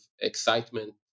excitement